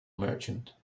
merchant